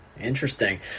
interesting